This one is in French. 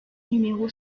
numéro